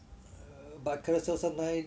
but Carousell sometimes